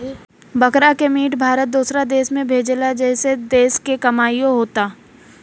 बकरा के मीट भारत दूसरो देश के भेजेला जेसे देश के कमाईओ होता